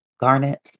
Garnet